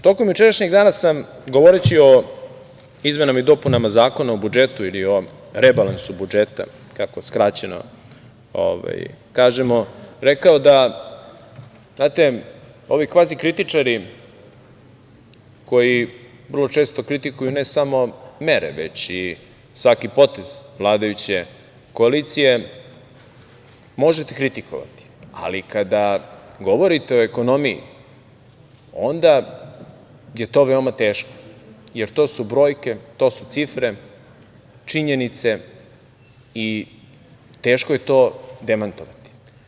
Tokom jučerašnjeg dana sam, govoreći o izmenama i dopunama Zakona o budžetu ili o rebalansu budžeta, kako skraćeno kažemo, rekao da ovi kvazi kritičari koji vrlo često kritikuju ne samo mere, već i svaki potez vladajuće koalicije možete kritikovati, ali kada govorite o ekonomiji onda je to veoma teško, jer to su brojke, to su cifre, činjenice i teško je to demantovati.